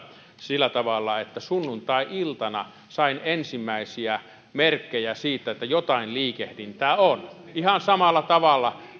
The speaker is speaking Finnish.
sillä tavalla että sunnuntai iltana sain ensimmäisiä merkkejä siitä että jotain liikehdintää on ihan samalla tavalla